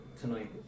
tonight